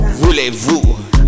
voulez-vous